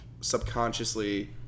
subconsciously